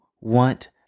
want